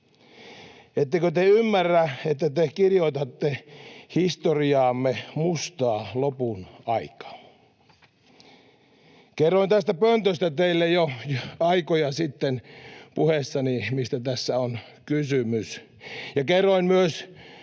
Ettekö te ymmärrä, että te kirjoitatte historiaamme mustaa lopun aikaa? Kerroin tästä pöntöstä teille jo aikoja sitten puheessani, mistä tässä on kysymys,